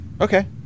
Okay